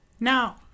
Now